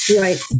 Right